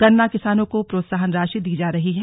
गन्ना किसानों को प्रोत्साहन राशि दी जा रही है